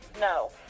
no